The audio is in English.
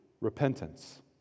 repentance